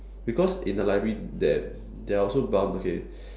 because in the library there there are also bound okay